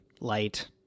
light